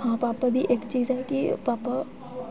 हां भापा दी इक चीज ऐ कि भापा